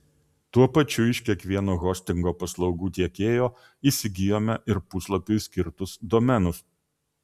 tuo pačiu iš kiekvieno hostingo paslaugų tiekėjo įsigijome ir puslapiui skirtus domenus